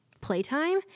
playtime